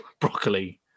Broccoli